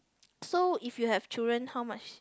so if you have children how much